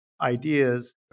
ideas